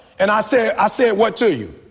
and i said i said what to you